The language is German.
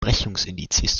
brechungsindizes